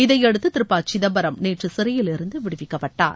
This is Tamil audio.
இதையடுத்து திரு பா சிதம்பரம் நேற்று சிறையிலிருந்து விடுவிக்கப்பட்டார்